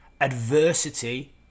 adversity